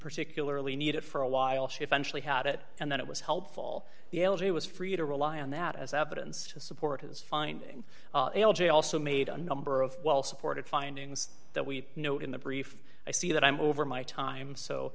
particularly need it for a while she eventually had it and then it was helpful the elegy was free to rely on that as evidence to support his finding l j also made a number of well supported findings that we know in the brief i see that i'm over my time so